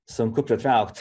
sunku pritraukt